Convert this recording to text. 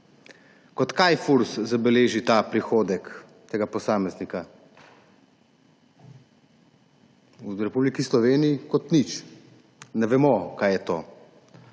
Kot kaj Furs zabeleži ta prihodek tega posameznika? V Republiki Sloveniji kot nič. Ne vemo, kaj je to.